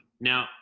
Now